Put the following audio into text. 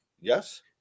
Yes